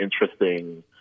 interesting